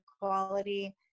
quality